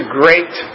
great